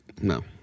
no